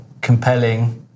compelling